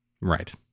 Right